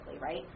right